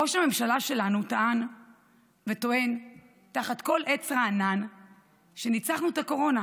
ראש הממשלה שלנו טען וטוען תחת כל עץ רענן שניצחנו את הקורונה,